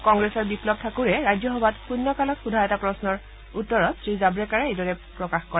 কংগ্ৰেছৰ বিপ্লৱ ঠাকুৰে ৰাজ্যসভাত শূন্যকালত সোধা এটা প্ৰশ্নৰ উত্তৰত শ্ৰীজাভ্ৰেকাৰে এইদৰে প্ৰকাশ কৰে